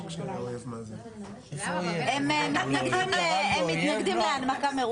אולי גם פינדרוס ימשוך?